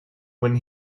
when